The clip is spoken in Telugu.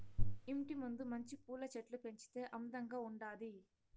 ఇంటి ముందు మంచి పూల చెట్లు పెంచితే అందంగా ఉండాది